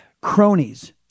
cronies